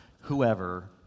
whoever